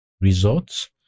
results